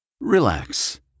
Relax